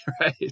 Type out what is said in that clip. Right